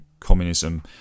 communism